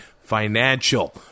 Financial